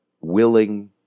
willing